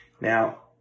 Now